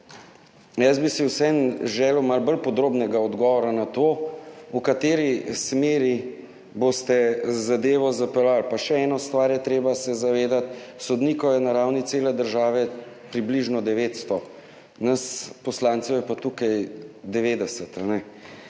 Jaz bi si vseeno želel malo bolj podrobnega odgovora na vprašanje: V kateri smeri boste zapeljali to zadevo? Pa še ene stvari se je treba zavedati. Sodnikov je na ravni cele države približno 900, nas, poslancev, je pa tukaj 90.